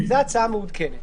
זאת ההצעה המעודכנת.